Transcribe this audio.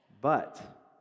But